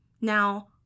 Now